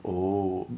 oh